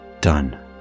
done